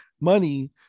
money